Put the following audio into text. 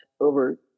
over